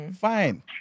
fine